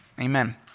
Amen